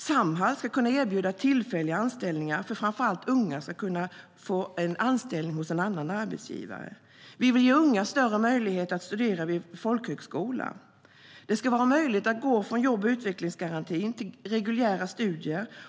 Samhall ska kunna erbjuda tillfälliga anställningar för att framför allt unga ska kunna bli anställda hos annan arbetsgivare. Vi vill ge unga större möjlighet att studera vid folkhögskola. Det ska vara möjligt att gå från jobb och utvecklingsgarantin till reguljära studier.